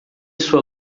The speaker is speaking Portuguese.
sua